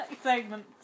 Segment